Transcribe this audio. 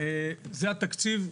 זה התקציב.